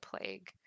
plague